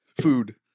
Food